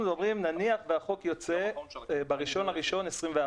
נניח והחוק יוצא ב-1.1.2021,